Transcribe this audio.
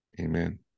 Amen